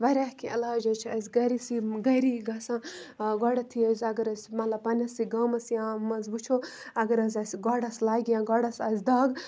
واریاہ کیٚنٛہہ علاج حظ چھِ اَسہِ گَرِسٕے گری گَژھان گۄڈٕنٮ۪تھٕے حظ اَگر أسۍ مطلب پنٛنہِ سٕے گامَس یا منٛز وٕچھو اگر حظ اَسہِ گۄڈَس لَگہِ یا گۄڈَس آسہِ دَگ